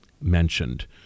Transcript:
mentioned